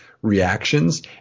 reactions